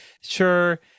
sure